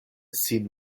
sin